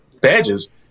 badges